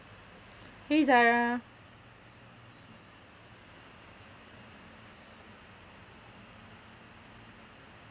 hey zarah